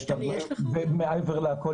הקנאביס עד אז כבר היה בארץ מעל חמש שנים,